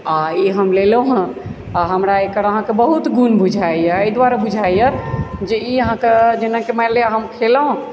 आ इ हम लेलहुँ हँ आ हमरा एकर अहाँकेँ बहुत गुण बुझाइए एहि दुआरे बुझाइए जे इ अहाँकँ जेनाकि मानि लिअ हम खेलहुँ